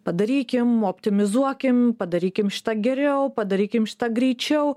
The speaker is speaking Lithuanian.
padarykim optimizuokim padarykim šitą geriau padarykim šitą greičiau